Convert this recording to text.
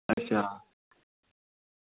आं